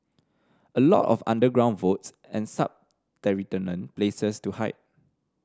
a lot of underground vaults and subterranean places to hide